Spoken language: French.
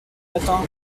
matin